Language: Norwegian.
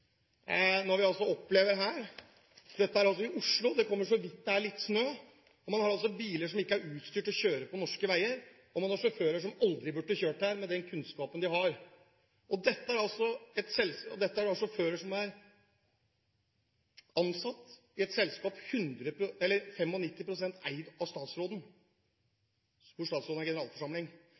når vi i Oslo – hvor det kommer så vidt det er litt snø – opplever at man har biler som ikke er utstyrt til å kjøre på norske veier, og man har sjåfører som aldri burde ha kjørt her med den kunnskapen de har. Dette er altså sjåfører som er ansatt i et selskap som er 95 pst. eid av statsråden, hvor statsråden er generalforsamling.